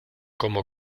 como